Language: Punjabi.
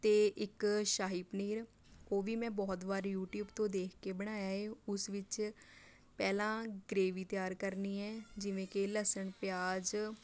ਅਤੇ ਇੱਕ ਸ਼ਾਹੀ ਪਨੀਰ ਉਹ ਵੀ ਮੈਂ ਬਹੁਤ ਵਾਰ ਯੂਟਿਊਬ ਤੋਂ ਦੇਖ ਕੇ ਬਣਾਇਆ ਏ ਉਸ ਵਿੱਚ ਪਹਿਲਾਂ ਗ੍ਰੇਵੀ ਤਿਆਰ ਕਰਨੀ ਹੈ ਜਿਵੇਂ ਕਿ ਲਸਣ ਪਿਆਜ਼